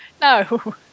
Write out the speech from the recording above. No